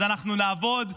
אז אנחנו נעבוד,